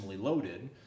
loaded